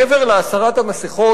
מעבר להסרת המסכות,